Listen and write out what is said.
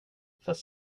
fast